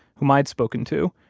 whom i'd spoken to,